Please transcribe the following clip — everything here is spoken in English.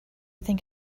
think